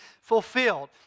fulfilled